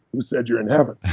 who said you're in heaven?